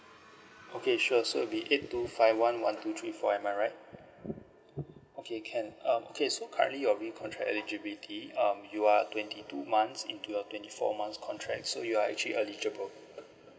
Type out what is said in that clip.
okay sure so it'll be eight two five one one two three four am I right okay can um okay so currently your re-contract eligibility um you are twenty two months into your twenty four months contract so you are actually eligible